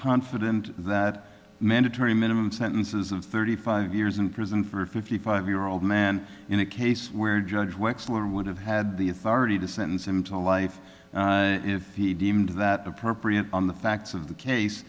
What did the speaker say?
confident that mandatory minimum sentences of thirty five years in prison for a fifty five year old man in a case where judge wexler would have had the authority to sentence him to life if he deemed that appropriate on the facts of the case